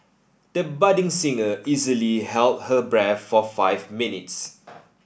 the budding singer easily held her breath for five minutes